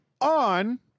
on